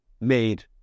made